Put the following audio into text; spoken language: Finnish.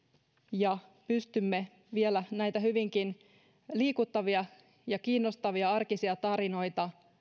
ja pystymme vielä näitä hyvinkin liikuttavia ja kiinnostavia arkisia tarinoita